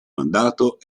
mandato